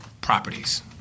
properties